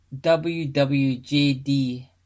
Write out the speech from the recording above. WWJD